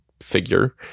figure